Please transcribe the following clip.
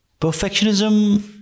Perfectionism